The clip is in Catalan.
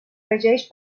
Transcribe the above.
regeix